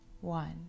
one